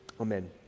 Amen